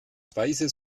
weiße